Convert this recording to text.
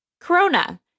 corona